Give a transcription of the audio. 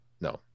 no